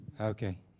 Okay